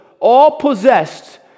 all-possessed